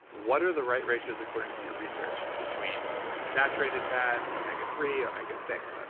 what are the right ratios according to your research, between saturated fat, omega three, omega six?